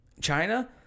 China